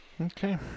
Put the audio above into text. okay